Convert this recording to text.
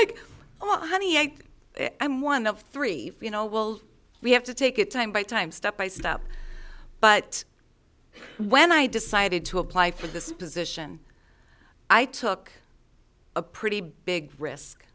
like oh honey i think i'm one of three you know well we have to take it time by time step by step but when i decided to apply for this position i took a pretty big risk